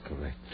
correct